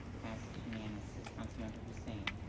passes unanimously. councilmember hussain.